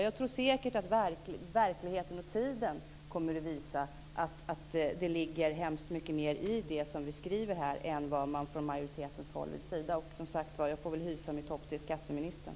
Jag tror säkert att verkligheten och tiden kommer att visa att det ligger väldigt mycket mer i det som vi skriver än vad man från majoritetens håll vill säga. Jag får väl hysa mitt hopp till skatteministern.